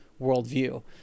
worldview